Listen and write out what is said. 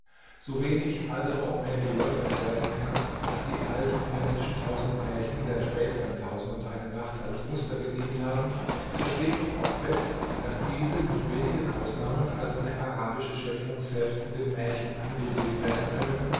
so wenig also auch mehr geleugnet werden kann daß die alten persischen tausend märchen der späteren nacht als muster gedient haben so steht doch auch fest daß diese mit wenigen ausnahmen als eine arabische schöpfung selbst in den märchen angesehen werden können